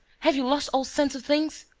have you lost all sense of things.